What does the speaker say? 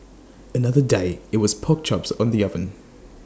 another day IT was pork chops on the oven